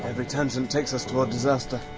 are. every tangent takes us toward disaster,